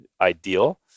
ideal